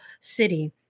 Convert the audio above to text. City